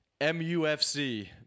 MUFC